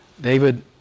David